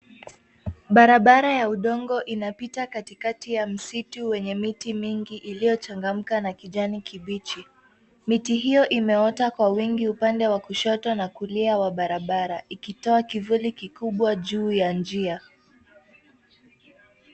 Barabara ya udongo inapita katikati ya msitu wenye miti mingi iliyochangamka na kijani kibichi. Miti hio imeota kwa wingi upande wa kushoto na kulia wa barabara, ikitoa kivuli kikubwa juu ya njia.